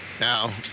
Now